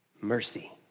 mercy